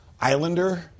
Islander